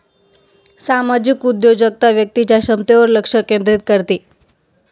सामाजिक उद्योजकता व्यक्तीच्या क्षमतेवर लक्ष केंद्रित करते